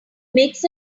makes